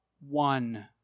one